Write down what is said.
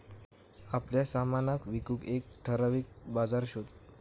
आपल्या सामनाक विकूक एक ठराविक बाजार शोध